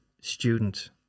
student